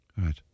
Right